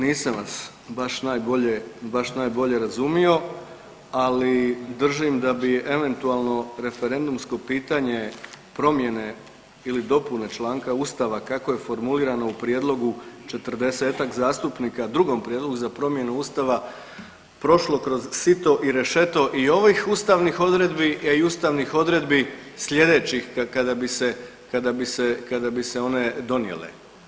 Nisam vas baš najbolje razumio, ali držim da bi eventualno referendumsko pitanje promjene ili dopune članka Ustava kako je formulirano u prijedlogu 40-ak zastupnika, drugom prijedlogu za promjenu Ustava, prošlo kroz sito i rešeto i ovih ustavnih odredbi, a i ustavnih odredbi sljedećih kada bi se one donijele.